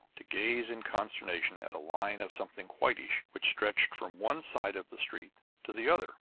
to gaze in consternation at a line of something whitish which stretched from one side of the street to the other.